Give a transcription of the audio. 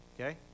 Okay